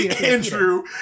Andrew